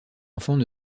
enfants